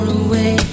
away